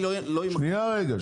שנייה רגע,